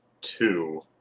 two